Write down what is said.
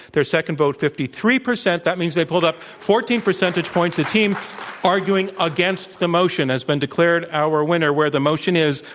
their second vote, fifty three percent. that means they pulled up fourteen percentage points. the team arguing against the motion has been declared our winner where the motion is,